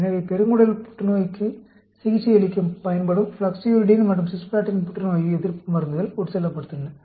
எனவே பெருங்குடல் புற்றுநோய்க்கு சிகிச்சையளிக்க பயன்படும் ஃப்ளோக்ஸ்யுரிடின் மற்றும் சிஸ்ப்ளாட்டின் புற்றுநோய் எதிர்ப்பு மருந்துகள் உட்செலுத்தப்பட்டன